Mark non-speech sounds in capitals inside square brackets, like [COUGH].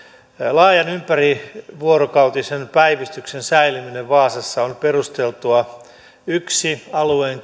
laajan ympärivuorokautisen päivystyksen säilyminen vaasassa on perusteltua yksi alueen [UNINTELLIGIBLE]